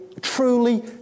truly